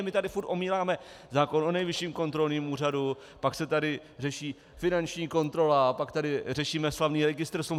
My tady furt omíláme zákon o Nejvyšším kontrolním úřadu, pak se tady řeší finanční kontrola, pak tady řešíme slavný registr smluv.